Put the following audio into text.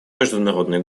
международный